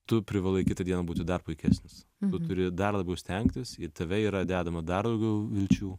tu privalai kitą dieną būti dar puikesnis tu turi dar labiau stengtis į tave yra dedama dar daugiau vilčių